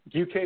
UK